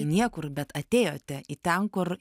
į niekur bet atėjote į ten kur